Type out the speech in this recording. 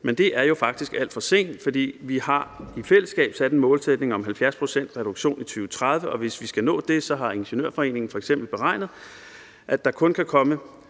men det er jo faktisk alt for sent, fordi vi i fællesskab har sat en målsætning om 70 pct. reduktion i 2030, og hvis vi skal nå det, har Ingeniørforeningen i Danmark f.eks. beregnet, at der kun kan komme